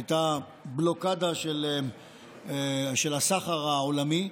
הייתה בלוקדה של הסחר העולמי,